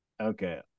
Okay